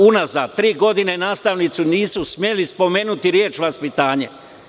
Unazad tri godine nastavnici nisu smeli spomenuti reč vaspitanje…